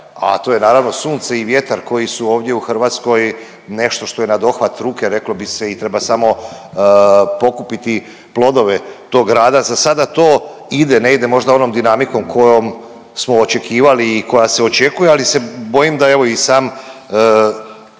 a to je naravno, sunce i vjetar koji su ovdje u Hrvatskoj nešto što je nadohvat ruke, reklo bi se i treba samo pokupiti plodove tog rada. Za sada to ide, ne ide možda onom dinamikom kojom smo očekivali i koja se očekuje, ali se bojim, da evo i sam ova